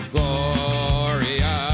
Gloria